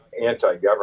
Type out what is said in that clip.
anti-government